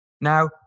Now